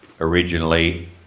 originally